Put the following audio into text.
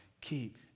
Keep